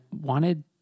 wanted